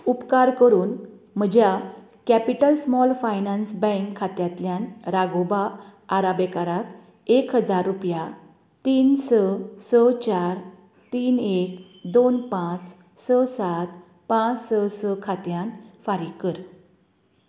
उपकार करून म्हज्या कॅपिटल स्मॉल फायनान्स बँक खात्यांतल्यान राघोबा आराबेकाराक एक हजार रुपया तीन स स चार तीन एक दोन पांच स सात पांच स स खात्यांत फारीक कर